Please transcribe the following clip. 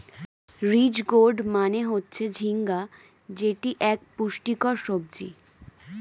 ridge gourd মানে হচ্ছে ঝিঙ্গা যেটি এক পুষ্টিকর সবজি